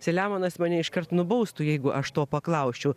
selemonas mane iškart nubaustų jeigu aš to paklausčiau